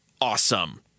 awesome